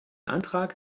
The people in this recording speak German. antrag